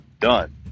Done